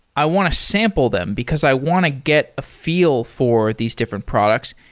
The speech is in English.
i want to sample them, because i want to get a feel for these different products.